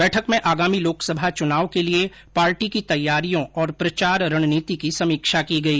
बैठक में आगामी लोकसभा च्नाव के लिये पार्टी की तैयारियों और प्रचार रणनीति की समीक्षा की गई